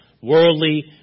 worldly